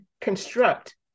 construct